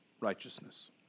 righteousness